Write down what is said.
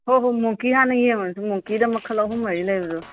ꯍꯣ ꯍꯣ ꯃꯣꯡꯀꯤ ꯍꯥꯟꯅ ꯌꯦꯡꯉꯨꯔꯁꯤ ꯃꯣꯡꯀꯤꯗ ꯃꯈꯜ ꯑꯍꯨꯝ ꯃꯔꯤ ꯂꯩꯕꯗꯣ